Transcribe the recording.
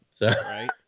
Right